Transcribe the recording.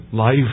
Life